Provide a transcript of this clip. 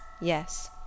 yes